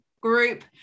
group